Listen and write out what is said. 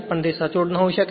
પણ તે સચોટ ન હોઈ શકે